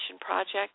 project